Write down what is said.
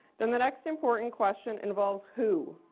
then the next important question involves who.